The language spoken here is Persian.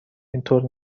اینطور